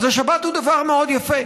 אז השבת הוא דבר מאוד יפה,